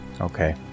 okay